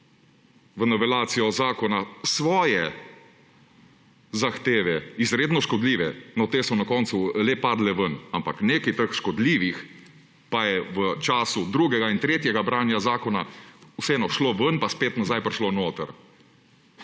v novelacijo zakona svoje zahteve, izredno škodljive ‒ te so na koncu le padle ven ‒, ampak nekaj teh škodljivih pa je v času drugega in tretjega branja zakona vseeno šlo ven pa spet nazaj prišlo noter.